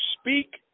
speak